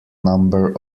number